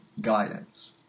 guidance